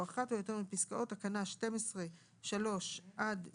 אחת או יותר מפסקאות תקנה 12(3) עד (7),